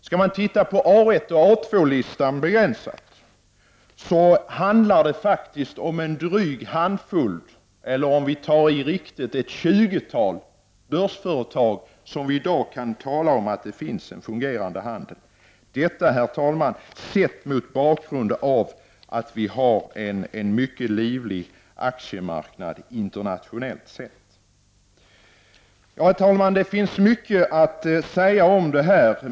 Skall man titta på A1 och A2-listorna begränsat, handlar det faktiskt om en dryg handfull eller, om man tar i riktigt, ett tjugotal börsföretag som vi i dag kan tala om i samband med en fungerande handel. Detta, herr talman, mot bakgrund av att vi har en mycket livlig aktiemarknad internationellt sett. Herr talman! Det finns mycket att säga om detta.